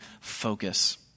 focus